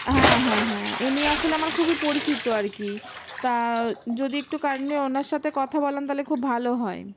হ্যাঁ হ্যাঁ হ্যাঁ উনি আসলে আমার খুবই পরিচিত আর কি তা যদি একটু কাইন্ডলি ওনার সাথে কথা বলান তাহলে খুব ভালো হয়